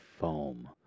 foam